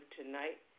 tonight